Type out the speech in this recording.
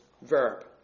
verb